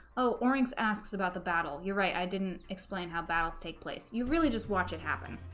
oh orange asks about the battle you're right i didn't explain how battles take place you really just watch it happen